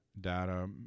data